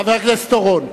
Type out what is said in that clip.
חבר הכנסת אורון,